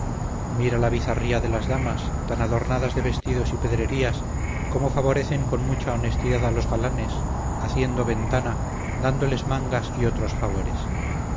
mira la bizarría de las damas tan adornadas de vestidos y pedrerías cómo favorecen con mucha honestidad a los galanes haciendo ventana dándoles mangas y otros favores